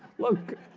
look